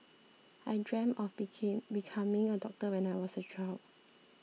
I dreamt of became becoming a doctor when I was a child